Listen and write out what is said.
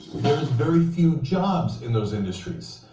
there is very few jobs in those industries.